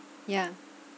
yeah